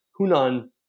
Hunan